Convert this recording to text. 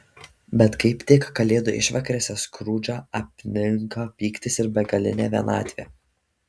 bet kaip tik kalėdų išvakarėse skrudžą apninka pyktis ir begalinė vienatvė